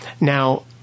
Now